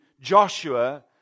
Joshua